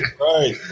right